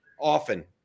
often